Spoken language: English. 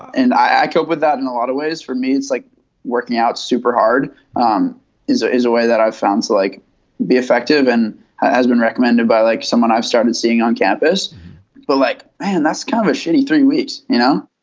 and i cope with that. and a lot of ways for me, it's like working out super hard um is it is a way that i've found so like be effective and has been recommended by like someone i've started seeing on campus but like and that's kind of shitty three weeks, you know,